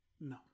No